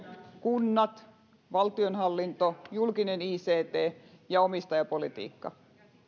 kunnat valtionhallinto julkinen ict ja omistajapolitiikka